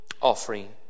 offering